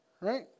right